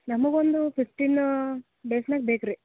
ನಮಗೊಂದು ಫಿಫ್ಟೀನಾ ಡೇಸ್ ಮೇಲೆ ಬೇಕು ರೀ